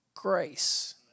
grace